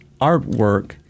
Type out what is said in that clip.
artwork